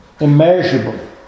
immeasurable